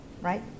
right